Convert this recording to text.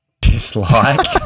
Dislike